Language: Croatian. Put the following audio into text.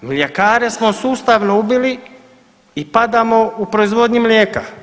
Mljekare smo sustavno ubili i padamo u proizvodnji mlijeka.